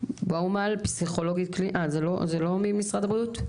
את לא ממשרד הבריאות?